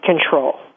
control